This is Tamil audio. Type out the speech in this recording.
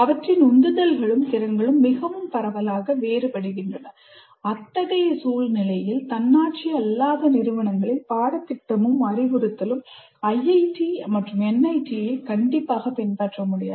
அவற்றின் உந்துதல்களும் திறன்களும் மிகவும் பரவலாக வேறுபடுகின்றன அத்தகைய சூழ்நிலையில் தன்னாட்சி அல்லாத நிறுவனங்களில் பாடத்திட்டமும் அறிவுறுத்தலும் IIT மற்றும் NITகளைப் பின்பற்ற முடியாது